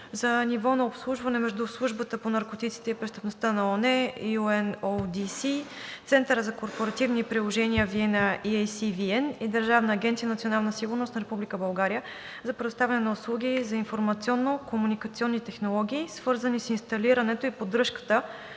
за нивото на обслужване между Службата по наркотиците и престъпността на ООН (UNODC), Центъра за корпоративни приложения – Виена (EAC-VN), и Държавна агенция „Национална сигурност“ – Република България, за предоставяне на услуги за информационно-комуникационни технологии, свързани с инсталирането и поддръжката